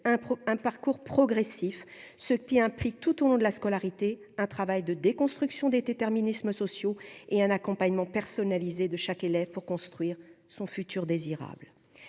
un parcours progressif, ce qui implique tout au long de la scolarité, un travail de déconstruction des déterminismes sociaux et un accompagnement personnalisé de chaque élève pour construire son futur désirable